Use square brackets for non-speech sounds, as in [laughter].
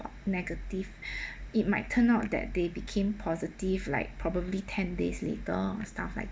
negative [breath] it might turn out that they became positive like probably ten days later stuff like